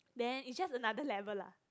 then it's just another level lah